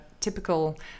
typical